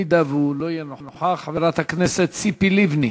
אם הוא לא יהיה נוכח, חברת הכנסת ציפי לבני.